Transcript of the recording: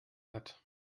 hat